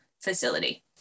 facility